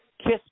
Kiss